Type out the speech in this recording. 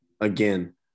Again